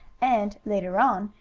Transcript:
and, later on,